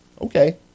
okay